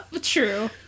True